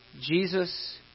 Jesus